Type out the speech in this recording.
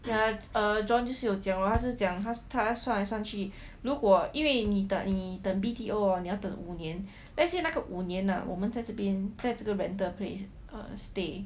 ya john 就是有讲 lor 他讲他算来算如果因为你等 B_T_O 你要等五年 let's say 那个五年我们在这边在这个 rental place err stay